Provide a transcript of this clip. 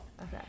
okay